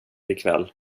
ikväll